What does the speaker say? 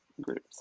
groups